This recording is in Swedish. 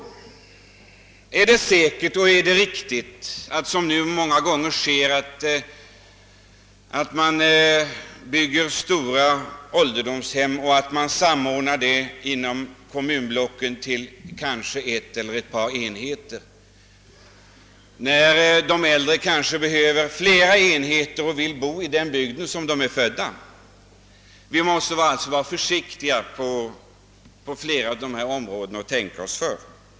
Kan man vara säker på att det är riktigt att, som nu många gånger sker, bygga stora ålderdomshem och samordna dem inom kommunblocken till en eller kanske ett par enheter, när de äldre kanske behöver flera enheter och vill bo i den bygd där de är födda?